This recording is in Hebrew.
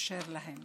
אפשר להם